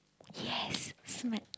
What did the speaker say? yes smart